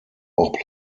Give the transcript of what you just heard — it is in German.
auch